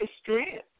strength